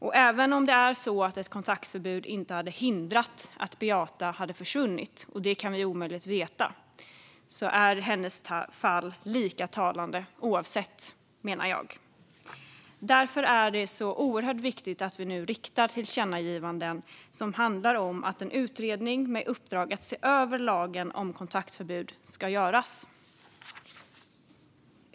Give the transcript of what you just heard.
Och även om ett kontaktförbud inte hade hindrat Beatas försvinnande - det kan vi omöjligt veta - menar jag att hennes fall är lika talande. Därför är det så oerhört viktigt att vi nu riktar tillkännagivanden till regeringen om att en utredning med uppdrag att se över lagen om kontaktförbud ska göras.